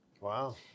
Wow